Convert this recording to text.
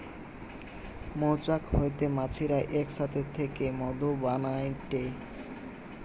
মৌচাক হইতে মৌমাছিরা এক সাথে থেকে মধু বানাইটে